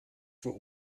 für